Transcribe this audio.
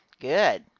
Good